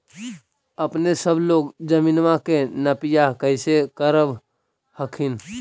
अपने सब लोग जमीनमा के नपीया कैसे करब हखिन?